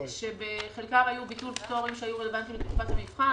שבחלקם היו ביטול פטורים שהיו רלוונטיים לתקופת המבחן.